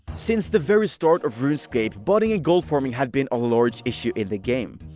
since the very start of runescape, botting and goldfarming had been a large issue in the game.